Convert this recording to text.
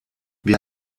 wir